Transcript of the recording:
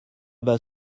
bas